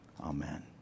Amen